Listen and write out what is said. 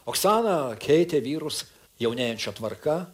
oksana keitė vyrus jaunėjančia tvarka